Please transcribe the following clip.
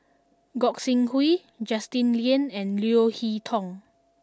Gog Sing Hooi Justin Lean and Leo Hee Tong